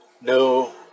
no